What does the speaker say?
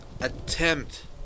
attempt